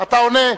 אני.